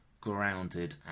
grounded